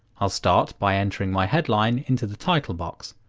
i'll start by entering my headline into the title box.